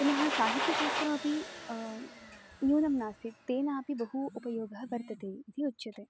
पुनः साहित्यशास्त्रमपि न्यूनं नास्ति तेनापि बहु उपयोगः वर्तते इति उच्यते